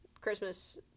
Christmas